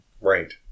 Right